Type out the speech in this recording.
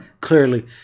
clearly